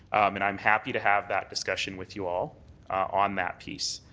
and i'm happy to have that discussion with you all on that piece.